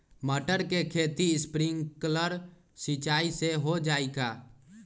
मटर के खेती स्प्रिंकलर सिंचाई से हो जाई का?